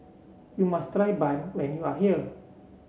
you must try bun when you are here